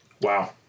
Wow